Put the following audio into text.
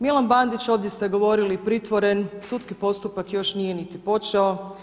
Milan Bandić, ovdje ste govorili pritvoren, sudski postupak još nije niti počeo.